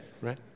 right